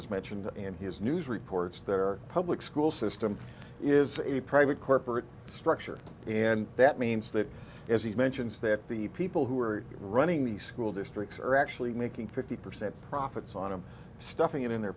is mentioned in his news reports that our public school system is a private corporate structure and that means that as he mentions that the people who are running the school districts are actually making fifty percent profits on stuffing it in their